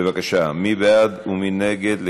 בבקשה, מי בעד ומי נגד?